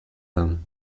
them